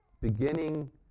beginning